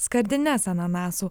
skardines ananasų